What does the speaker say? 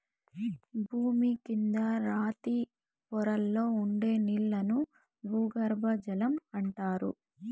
భూమి కింద రాతి పొరల్లో ఉండే నీళ్ళను భూగర్బజలం అంటారు